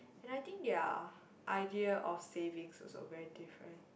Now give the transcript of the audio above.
but I think their idea of savings also very different